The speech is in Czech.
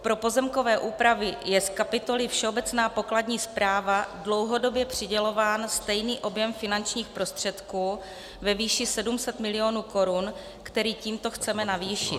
Pro pozemkové úpravy je z kapitoly Všeobecná pokladní správa dlouhodobě přidělován stejný objem finančních prostředků ve výši 700 mil. korun, který tímto chceme navýšit.